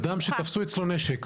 אדם שתפסו אצלו נשק,